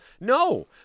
No